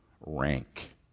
rank